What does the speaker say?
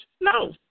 No